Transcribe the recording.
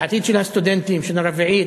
על העתיד של הסטודנטים בשנה הרביעית,